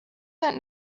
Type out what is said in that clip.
that